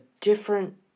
different